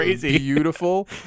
beautiful